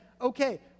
okay